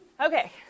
Okay